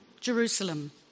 Jerusalem